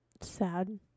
sad